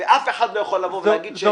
אף אחד לא יכול להגיד --- אני מסכים.